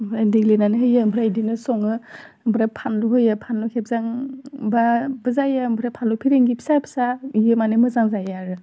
ओमफाय देग्लिनानै होयो आमफ्राय इदिनो सङो ओमफ्राय फानलु होयो फानलु खेबजां ओमफायबो जायो ओमफाय फानलु फिरिंगि फिसा फिसा इयो मानि मोजां जायो आरो